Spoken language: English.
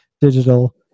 digital